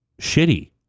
shitty